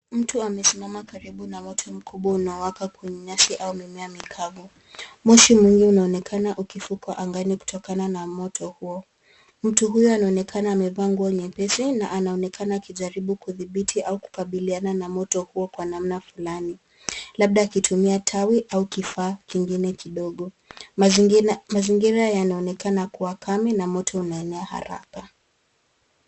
Mtu amesimama karibu ma moto mkubwa unawaka kwenye nyasi ua mimea mikavu. Moshi mwingi unaonekana ukifuka angani kutokana na moto huo. Mtu huyu anaonekana amevaa nguo nyepesi na anaonekana akijaribu kuthibiti au kukabiliana na moto huo kwa namna fulani, labda kwa akitumia tawi au kifaa kingine kidogo. Mazingira yanaonekana kuwa kame na moto unaenea haraka.